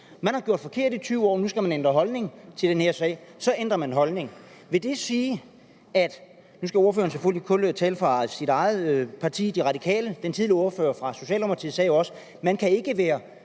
man har handlet forkert i 20 år, og at nu skal man ændre holdning til den her sag; så ændrer man holdning. Nu skal ordføreren selvfølgelig kun tale på sit eget partis, De Radikales vegne. Ordføreren for Socialdemokratiet sagde også tidligere, at man ikke kan være